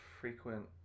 frequent